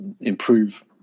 improve